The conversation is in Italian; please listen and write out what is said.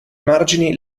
margini